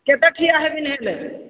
କେତେ ଠିଆ ହେବିନି ହେଲେ